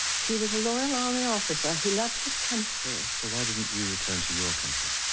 he was a loyal army officer he loved his country. so why didn't you return to your country?